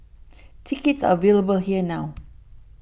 tickets are available here now